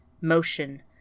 motion